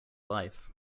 life